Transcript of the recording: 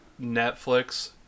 Netflix